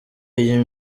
iyi